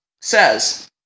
says